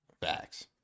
Facts